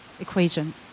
equation